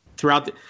Throughout